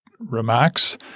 Remarks